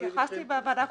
אני התייחסתי בוועדה הקודמת,